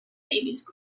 babies